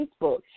Facebook